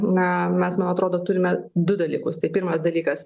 na mes man atrodo turime du dalykus tai pirmas dalykas